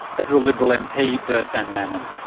federal liberal mp, bert van manen.